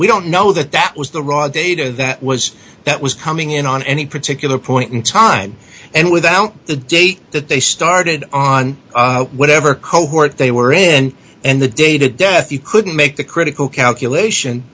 we don't know that that was the raw data that was that was coming in on any particular point in time and without the date that they started on whatever cohort they were in and the data death you couldn't make the critical calculation